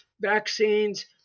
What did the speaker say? vaccines